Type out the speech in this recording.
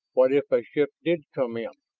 what if a ship did come in,